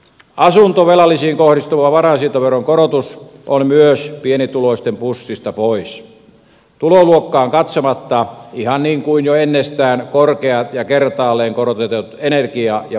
asuntovelallisiin kohdistuva varainsiirtoveron korotus on myös pienituloisten pussista pois tuloluokkaan katsomatta ihan niin kuin jo ennestään korkeat ja kertaalleen korotetut energia ja polttoaineverotkin